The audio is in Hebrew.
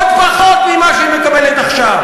עוד פחות ממה שהיא מקבלת עכשיו.